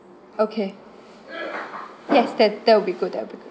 okay yes that that will be good that will be good